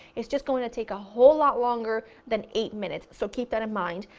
it's just going to take a whole lot longer than eight minutes, so keep that in mind.